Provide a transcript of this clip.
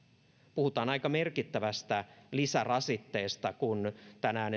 puhutaan aika merkittävästä lisärasitteesta kun tänään